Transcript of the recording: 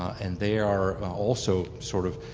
and they are also sort of